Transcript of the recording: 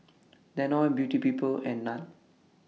Danone Beauty People and NAN